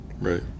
Right